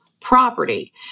property